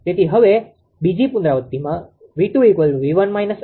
તેથી હવે બીજી પુનરાવૃતિમાં 𝑉2𝑉1 − 𝐼1𝑍1 છે